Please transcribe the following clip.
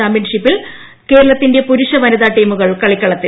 ചാമ്പ്യൻഷിപ്പിൽ കേരളത്തിന്റെ പുരുഷ വനിതാ ടീമുകൾ കളിക്കളത്തിൽ